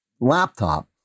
laptop